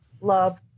love